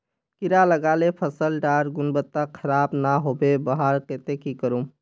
कीड़ा लगाले फसल डार गुणवत्ता खराब ना होबे वहार केते की करूम?